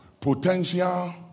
potential